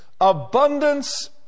Abundance